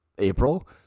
April